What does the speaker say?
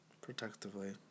Protectively